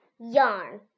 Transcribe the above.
Yarn